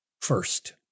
First